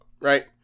right